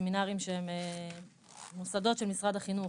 סמינרים שהם מוסדות של משרד החינוך